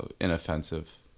inoffensive